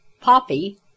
Poppy